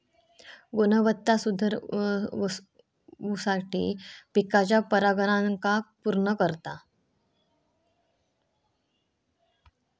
गुणवत्ता सुधरवुसाठी पिकाच्या परागकणांका पुर्ण करता